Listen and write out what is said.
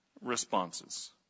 responses